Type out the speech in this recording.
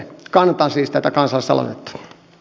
kannatan siis tätä kansalaisaloitetta